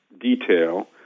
detail